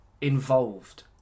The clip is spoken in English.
involved